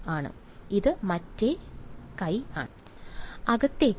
വിദ്യാർത്ഥി അകത്തേക്ക്